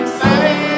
say